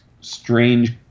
strange